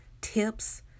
tips